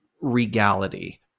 regality